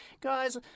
Guys